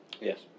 Yes